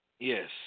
Yes